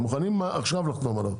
הם מוכנים עכשיו לחתום עליו.